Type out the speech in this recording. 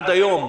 עד היום,